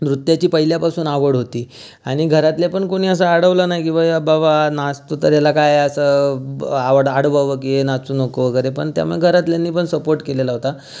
नृत्याची पहिल्यापासून आवड होती आणि घरातल्यापण कोणी असं अडवलं नाही की या बाबा हा नाचतो तर याला काय असं आवड अडवावं की नाचू नको वगैरे पण तेव्हा घरातल्यांनी पण सपोर्ट केलेला होता